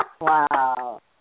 Wow